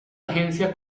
agencia